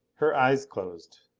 her eyes closed.